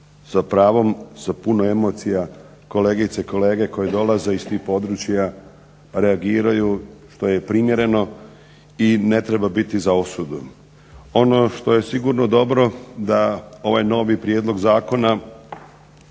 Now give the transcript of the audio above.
sa pravom, sa puno emocija kolegice i kolege koje dolaze iz tih područja reagiraju, što je i primjereno i ne treba biti za osudu. Ono što je sigurno dobro da ovaj novi prijedlog zakona